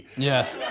yes.